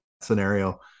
scenario